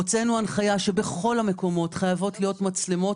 הוצאנו הנחיה שבכל מקום חייבות להיות מצלמות